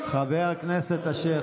חבר הכנסת אשר,